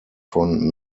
von